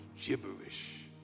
gibberish